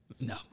No